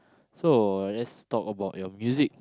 so let's talk about your music